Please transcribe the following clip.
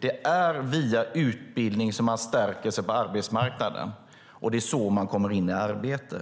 Det är via utbildning som man stärker sin position på arbetsmarknaden, och det är så man kommer in i arbete.